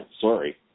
Sorry